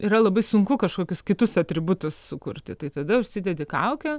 yra labai sunku kažkokius kitus atributus sukurti tai tada užsidedi kaukę